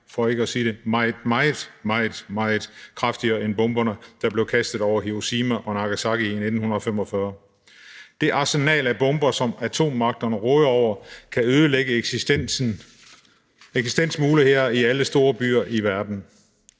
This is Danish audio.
for ikke at sige meget, meget, meget – kraftigere end bomberne, der blev kastet over Hiroshima og Nagasaki i 1945. Det arsenal af bomber, som atommagterne råder over, kan ødelægge eksistensmulighederne i alle storbyer i verden.